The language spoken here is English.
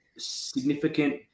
significant